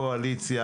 קואליציה